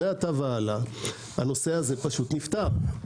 מעתה והלאה הסיפור הזה פשוט נפתר.